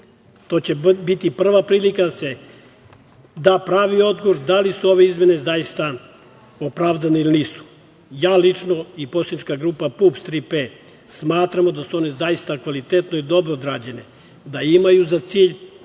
To će biti prva prilika da se dâ pravi odgovor da li su ove izmene zaista opravdane ili nisu. Lično ja i poslanička grupa PUPS „Tri - P“ smatramo da su one zaista kvalitetno i dobro odrađene, da imaju za cilj